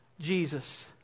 Jesus